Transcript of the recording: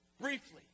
Briefly